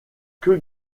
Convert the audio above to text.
que